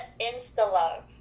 insta-love